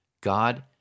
God